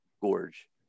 gorge